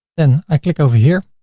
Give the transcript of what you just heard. then i click over here.